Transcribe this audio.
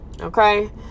Okay